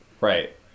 right